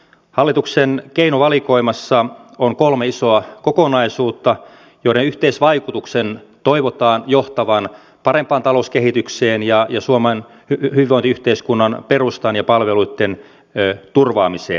hallituksen keinovalikoimassa on kolme isoa kokonaisuutta joiden yhteisvaikutuksen toivotaan johtavan parempaan talouskehitykseen ja suomen hyvinvointiyhteiskunnan perustan ja palveluitten turvaamiseen